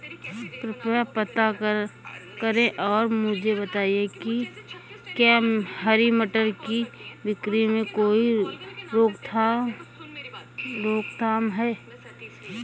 कृपया पता करें और मुझे बताएं कि क्या हरी मटर की बिक्री में कोई रोकथाम है?